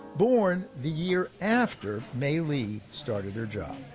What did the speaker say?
born the year after may lee started her job.